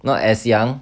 not as young